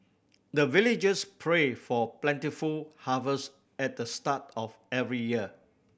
the villagers pray for plentiful harvest at the start of every year